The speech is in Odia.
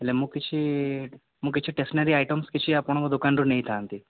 ହେଲେ ମୁଁ କିଛି ମୁଁ କିଛି ଷ୍ଟେସ୍ନାରୀ ଆଇଟମସ୍ କିଛି ଆପଣଙ୍କ ଦୋକାନରୁ ନେଇଥାନ୍ତି